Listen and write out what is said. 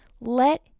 Let